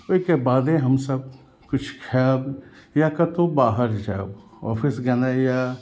ओहिके बादे हमसब किछु खायब या कतौ बाहर जायब ऑफिस गेनाइया